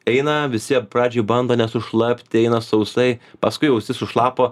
eina visi pradžioj bando nesušlapti eina sausai paskui jau visi sušlapo